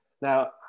now